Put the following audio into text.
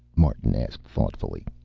martin asked thoughtfully.